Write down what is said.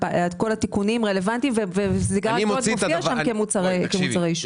על התיקונים רלוונטיים וזה מופיע שם כמוצרי עישון.